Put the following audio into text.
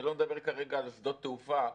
אני לא מדבר כרגע על שדות תעופה,